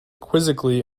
quizzically